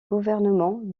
gouvernement